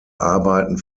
arbeiten